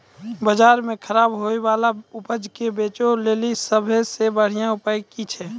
बजारो मे खराब होय बाला उपजा के बेचै लेली सभ से बढिया उपाय कि छै?